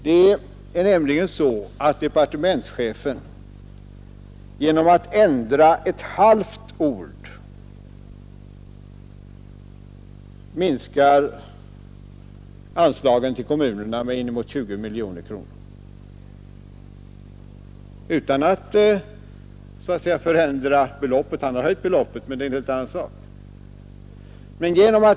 Det är nämligen så att departementschefen genom att ändra ett halvt ord minskar anslaget till kommunerna med inemot 20 miljoner kronor utan att så att säga förändra beloppet. Han har faktiskt höjt beloppet, men det är en helt annan sak.